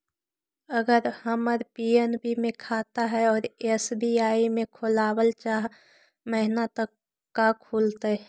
अगर हमर पी.एन.बी मे खाता है और एस.बी.आई में खोलाबल चाह महिना त का खुलतै?